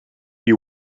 you